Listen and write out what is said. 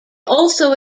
also